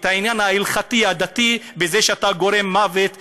העניין ההלכתי הדתי בזה שאתה גורם מוות לאחרים,